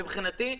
מבחינתי,